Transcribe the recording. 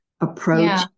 approach